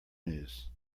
news